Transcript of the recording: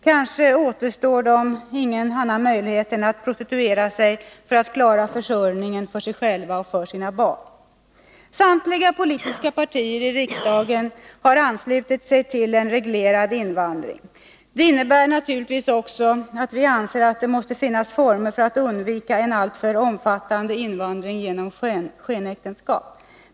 Kanske återstår ingen annan möjlighet för dem än att prostituera sig för att klara försörjningen för sig själva och för sina barn. Samtliga politiska partier i riksdagen har anslutit sig till tanken att det skall vara en reglerad invandring. Det innebär naturligtvis också att vi anser att det måste finnas möjligheter för oss att undvika en alltför omfattande invandring genom skenäktenskap.